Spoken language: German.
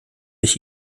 ich